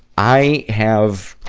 i have